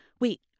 wait